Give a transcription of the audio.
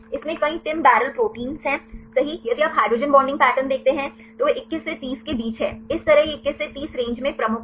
इसमें कई TIM barrel protein हैं सही यदि आप हाइड्रोजन बॉन्डिंग पैटर्न देखते हैं तो वे 21 से 30 के बीच हैं इस तरह यह 21 से 30 रेंज में प्रमुख है